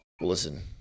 Listen